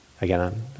Again